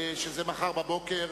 שזה מחר בבוקר.